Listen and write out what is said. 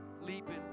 leaping